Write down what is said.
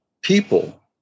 people